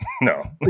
No